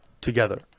together